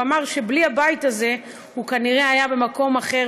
והוא אמר שבלי הבית הזה הוא כנראה היה במקום אחר,